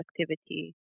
activity